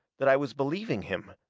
that i was believing him.